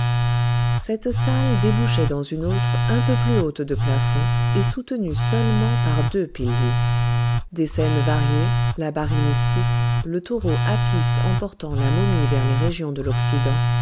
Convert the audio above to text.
cette salle débouchait dans une autre un peu plus haute de plafond et soutenue seulement par deux piliers des scènes variées la bari mystique le taureau apis emportant la momie vers les régions de l'occident